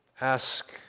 Ask